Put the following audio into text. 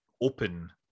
open